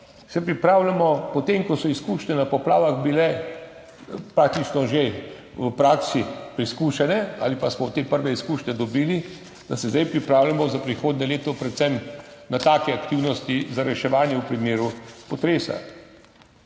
pripravljamo, potem ko so bile izkušnje na poplavah praktično v praksi že preizkušene ali pa smo dobili te prve izkušnje, se zdaj pripravljamo za prihodnje leto, predvsem na take aktivnosti za reševanje v primeru potresa.